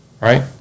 Right